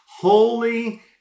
Holy